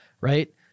right